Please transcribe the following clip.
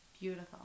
Beautiful